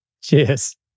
Cheers